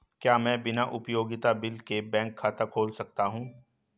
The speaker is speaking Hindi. क्या मैं बिना उपयोगिता बिल के बैंक खाता खोल सकता हूँ?